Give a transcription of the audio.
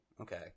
okay